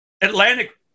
Atlantic